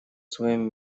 своем